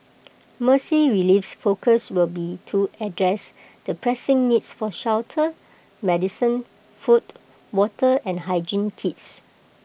Mercy Relief's focus will be to address the pressing needs for shelter medicine food water and hygiene kits